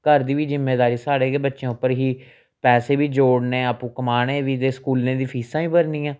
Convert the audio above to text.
घर दी बी जिम्मेदारी साढ़े गै बच्चें उप्पर ही पैसे बी जोड़ने आपूं कमाने बी ते स्कूलें दियां फीसां बी भरनियां